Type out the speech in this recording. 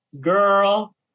girl